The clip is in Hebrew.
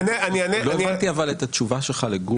אבל לא הבנתי את התשובה שלך לגור.